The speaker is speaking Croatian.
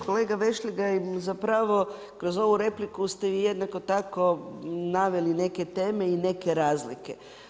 Kolega Vešligaj, za pravo, kroz ovu repliku ste jednako tako naveli neke teme i neke razlike.